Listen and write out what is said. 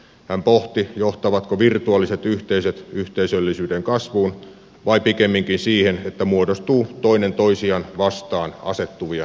hän pohti johtavatko virtuaaliset yhteisöt yhteisöllisyyden kasvuun vai pikemminkin siihen että muodostuu toinen toisiaan vastaan asettuvia yhteisöllisyyksiä